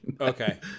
okay